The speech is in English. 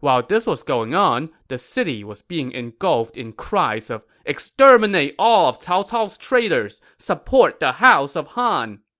while this was going on, the city was being engulfed in cries of exterminate all of cao cao's traitors support the house of han!